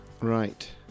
Right